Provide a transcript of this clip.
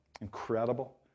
Incredible